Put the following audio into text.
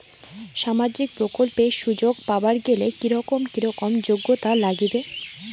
সামাজিক প্রকল্পের সুযোগ পাবার গেলে কি রকম কি রকম যোগ্যতা লাগিবে?